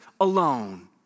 alone